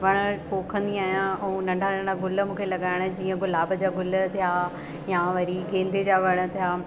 वण पोखंदी आहियां ऐं नंढा नंढा गुल मूंखे लगाइण जीअं गुलाब जा गुल थिए या वरी गेंदे जा वण थिया